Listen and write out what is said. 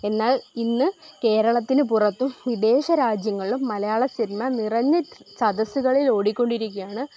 എന്നാൽ ഇന്ന് കേരളത്തിന് പുറത്തും വിദേശ രാജ്യങ്ങങ്ങളും മലയാള സിനിമ നിറഞ്ഞ സദസ്സുകളിൽ ഓടികൊണ്ടിരിക്കുകയാണ്